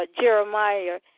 Jeremiah